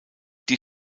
die